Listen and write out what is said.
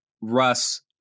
Russ